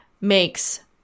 makes